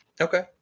Okay